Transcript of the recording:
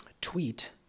tweet